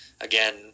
again